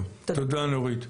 טוב, תודה נורית,